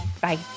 Bye